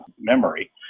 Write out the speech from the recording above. memory